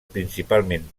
principalment